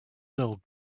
dull